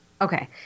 Okay